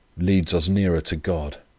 leads as nearer to god,